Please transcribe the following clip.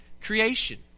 Creation